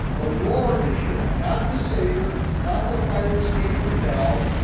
the lord yeshua, not the savior, not the fire escape from hell,